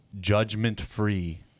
judgment-free